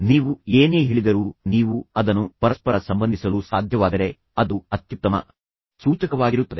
ನೀವು ಏನೇ ಹೇಳಿದರೂ ನೀವು ಅದನ್ನು ಪರಸ್ಪರ ಸಂಬಂಧಿಸಲು ಸಾಧ್ಯವಾದರೆ ಅದು ಅತ್ಯುತ್ತಮ ಸೂಚಕವಾಗಿರುತ್ತದೆ